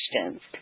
questions